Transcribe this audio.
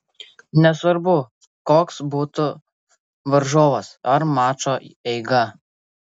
nesvarbu koks būtų varžovas ar mačo eiga